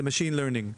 זה Machine learning,